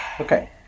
Okay